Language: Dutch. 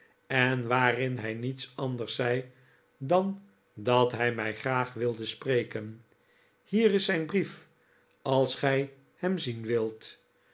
en waarin hij niets anders zei dan dat hij mij graag wilde spreken hier is zijn brief als gij hem zien wilt